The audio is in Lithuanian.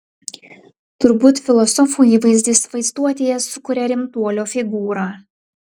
turbūt filosofų įvaizdis vaizduotėje sukuria rimtuolio figūrą